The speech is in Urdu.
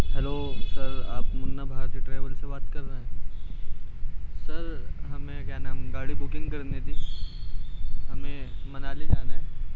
ہیلو سر آپ منا بھارتی ٹریول سے بات کر رہے ہیں سر ہمیں کیا نام گاڑی بکنگ کرنی تھی ہمیں منالی جانا ہے